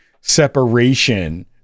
separation